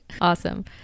Awesome